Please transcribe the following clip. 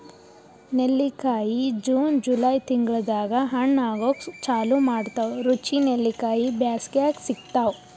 ನೆಲ್ಲಿಕಾಯಿ June July ತಿಂಗಳ್ದಾಗ್ ಹಣ್ಣ್ ಆಗೂಕ್ ಚಾಲು ಮಾಡ್ತಾವ್ ರುಚಿ ನೆಲ್ಲಿಕಾಯಿ ಬ್ಯಾಸ್ಗ್ಯಾಗ್ ಸಿಗ್ತಾವ್